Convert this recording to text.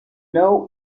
now